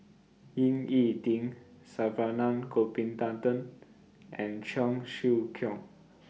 Ying E Ding Saravanan Gopinathan and Cheong Siew Keong